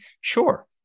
Sure